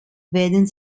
werden